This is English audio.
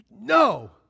No